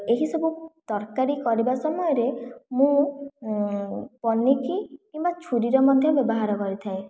ଏହିସବୁ ତରକାରୀ କରିବା ସମୟରେ ମୁଁ ପନିକି କିମ୍ବା ଛୁରୀର ମଧ୍ୟ ବ୍ୟବହାର କରିଥାଏ